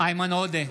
איימן עודה,